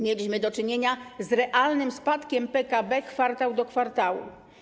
Mieliśmy do czynienia z realnym spadkiem PKB kwartał do kwartału.